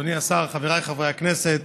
אדוני השר, חבריי חברי הכנסת,